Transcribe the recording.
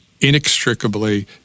inextricably